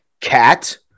cat